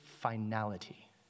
finality